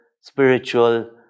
spiritual